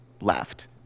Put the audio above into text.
left